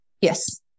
Yes